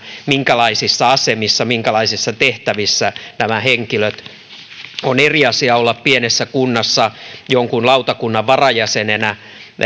minkälaisissa asemissa minkälaisissa tehtävissä on eri asia olla pienessä kunnassa esimerkiksi jonkun lautakunnan varajäsenenä